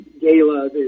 gala